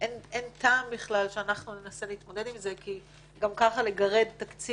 שאין טעם שננסה להתמודד עם זה כי גם ככה לגרד תקציב,